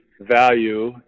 value